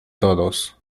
todos